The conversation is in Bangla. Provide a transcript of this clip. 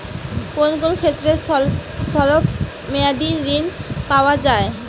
কোন কোন ক্ষেত্রে স্বল্প মেয়াদি ঋণ পাওয়া যায়?